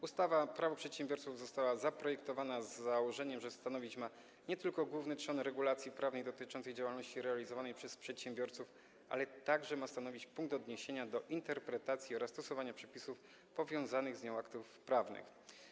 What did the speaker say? Ustawa Prawo przedsiębiorców została zaprojektowana z założeniem, że ma stanowić nie tylko główny trzon regulacji prawnej dotyczącej działalności realizowanej przez przedsiębiorców, ale także punkt odniesienia do interpretacji oraz stosowania przepisów powiązanych z nią aktów prawnych.